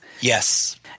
Yes